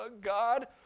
God